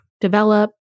develop